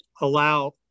allow